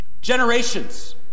Generations